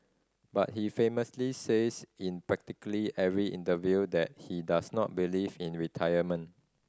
but he famously says in practically every interview that he does not believe in retirement